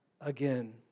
again